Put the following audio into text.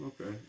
Okay